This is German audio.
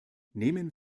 nehmen